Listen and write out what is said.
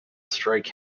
strike